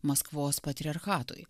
maskvos patriarchatui